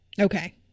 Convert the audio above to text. Okay